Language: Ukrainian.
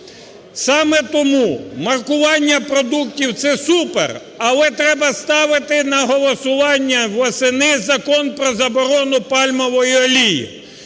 Саме тому маркування продуктів – це супер, але треба ставити на голосування восени Закон про заборону пальмової олії.